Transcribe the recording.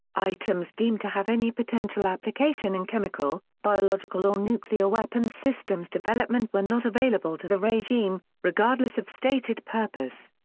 items deemed to have any potential application in chemical, biological or nuclear weapons systems development were not available to the regime, regardless of stated purpose.